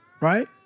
right